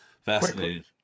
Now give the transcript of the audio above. Fascinating